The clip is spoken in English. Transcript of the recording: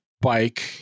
bike